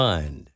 Mind